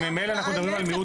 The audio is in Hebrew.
אם ממילא אנחנו מדברים על מיעוט